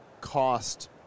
cost